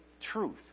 truth